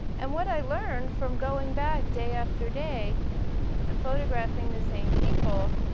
and what i learned from going back day after day and photographing the same people,